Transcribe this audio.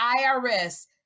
IRS